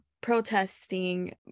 protesting